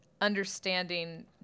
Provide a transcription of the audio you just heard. understanding